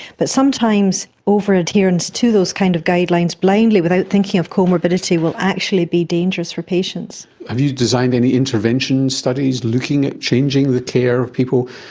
but sometimes over-adherence to those kind of guidelines blindly without thinking of comorbidity will actually be dangerous for patients. have you designed any intervention studies looking at changing the care of people?